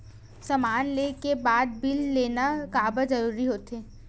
समान ले के बाद बिल लेना काबर जरूरी होथे?